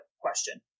question